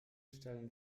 stellen